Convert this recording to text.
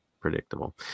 predictable